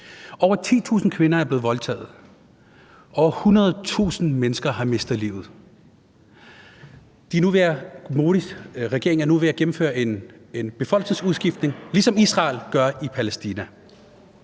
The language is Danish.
Over 10.000 kvinder er blevet voldtaget, og over 100.000 mennesker har mistet livet. Modis regering er nu ved at gennemføre en befolkningsudskiftning, ligesom Israel gør i Palæstina.